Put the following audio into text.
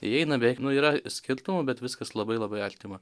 įeina beveik nu yra skirtumų bet viskas labai labai artima